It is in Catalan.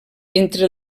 entre